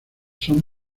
son